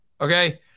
Okay